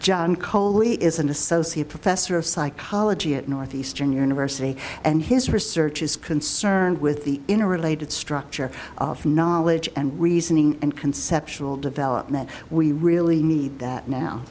coley is an associate professor of psychology at northeastern university and his research is concerned with the in a related structure of knowledge and reasoning and conceptual development we really need that now